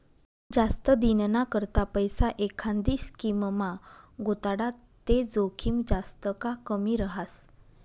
जास्त दिनना करता पैसा एखांदी स्कीममा गुताडात ते जोखीम जास्त का कमी रहास